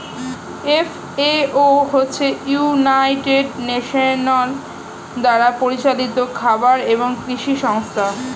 FAO হচ্ছে United Nations দ্বারা পরিচালিত খাবার এবং কৃষি সংস্থা